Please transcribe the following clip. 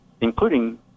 including